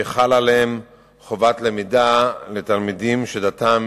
שחלה עליהם חובת למידה לתלמידים שדתם